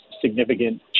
significant